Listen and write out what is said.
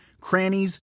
crannies